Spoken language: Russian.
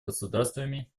государствами